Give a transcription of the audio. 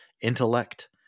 intellect